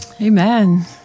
Amen